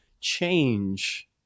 change